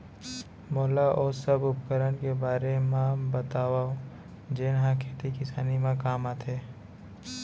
मोला ओ सब उपकरण के बारे म बतावव जेन ह खेती किसानी म काम आथे?